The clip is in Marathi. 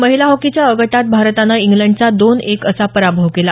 महिला हॉकीच्या अ गटात भारतानं इंग्लंडचा दोन एक असा पराभव केला